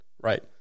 right